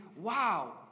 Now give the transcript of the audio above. wow